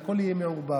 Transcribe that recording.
הכול יהיה מעורבב.